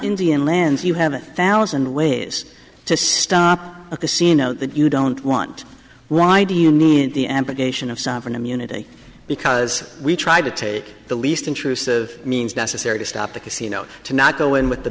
indian lands you have a thousand ways to stop the scene oh that you don't want why do you need the amputation of sovereign immunity because we tried to take the least intrusive means necessary to stop the casino to not go in with the